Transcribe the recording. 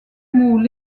mots